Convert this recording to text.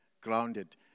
grounded